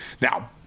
Now